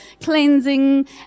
cleansing